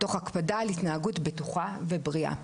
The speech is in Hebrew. תוך הקפדה על התנהגות בטוחה ובריאה.